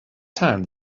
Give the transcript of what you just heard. town